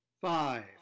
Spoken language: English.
Five